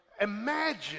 Imagine